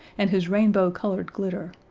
and his rainbow-colored glitter.